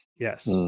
Yes